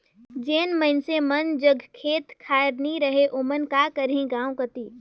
जेन मइनसे मन जग खेत खाएर नी रहें ओमन का करहीं गाँव कती